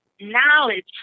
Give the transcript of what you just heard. knowledge